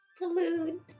Balloon